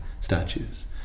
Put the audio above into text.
statues